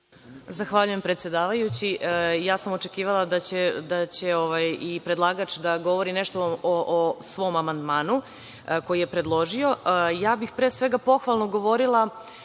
Zahvaljujem, predsedavajući. Ja sam očekivala da će i predlagač da govori nešto o svom amandmanu koji je predložio. Pre svega bih pohvalno govorila